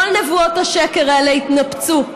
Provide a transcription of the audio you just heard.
כל נבואות השקר האלה התנפצו.